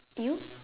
you